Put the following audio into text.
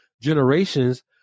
generations